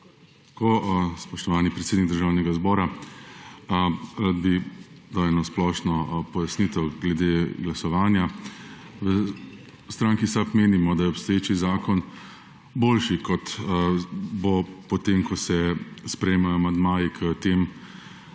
Spoštovani predsednik Državnega zbora, rad bi dal eno splošno pojasnitev glede glasovanja. V stranki SAB menimo, da je obstoječi zakon boljši, kot bo potem, ko se sprejmejo amandmaji k temu